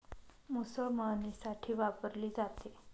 मुसळ मळणीसाठी वापरली जाते